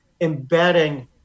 embedding